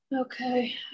Okay